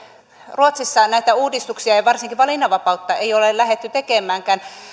ruotsissa ei näitä uudistuksia eikä varsinkaan valinnanvapautta oltu lähdetty edes tekemään